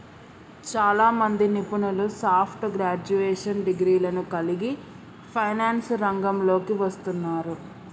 చాలామంది నిపుణులు soft graduation డిగ్రీలను కలిగి ఫైనాన్స్ రంగంలోకి వస్తున్నారు